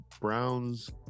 browns